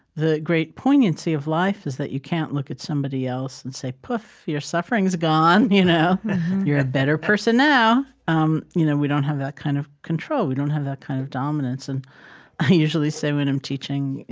the great poignancy of life is that you can't look at somebody else and say, poof! your suffering's gone. you know you're a better person now. um you know we don't have that kind of control. we don't have that kind of dominance. and i usually say, when i'm teaching,